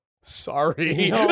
sorry